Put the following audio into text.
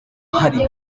hari